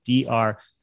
Dr